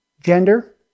gender